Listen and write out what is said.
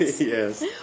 Yes